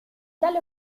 tale